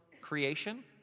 creation